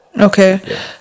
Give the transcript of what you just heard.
Okay